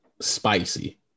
spicy